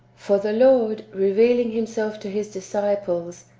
for the lord, revealing himself to his disciples,